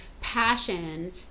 passion